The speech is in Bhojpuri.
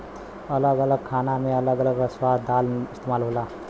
अलग अलग खाना मे अलग अलग दाल इस्तेमाल होला